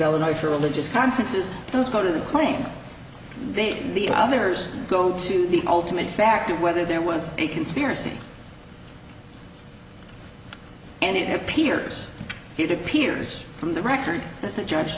illinois for religious conferences those go to the claim then the others go to the ultimate fact of whether there was a conspiracy and it appears he did piers from the record that the judge